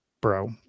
Bro